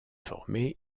formé